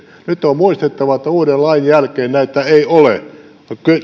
nyt on muistettava että uuden lain jälkeen näitä ei ole